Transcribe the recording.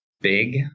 big